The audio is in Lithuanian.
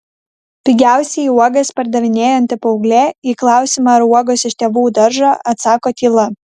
pigiausiai uogas pardavinėjanti paauglė į klausimą ar uogos iš tėvų daržo atsako tyla